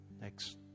next